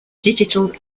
digital